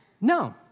no